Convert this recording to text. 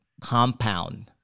compound